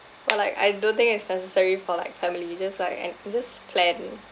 or like I don't think it's necessary for like family you just like and you just plan